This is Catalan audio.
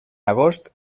agost